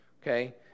okay